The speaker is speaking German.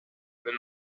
wenn